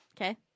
Okay